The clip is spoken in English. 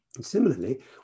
Similarly